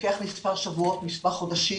לוקח מספר שבועות, מספר חודשים.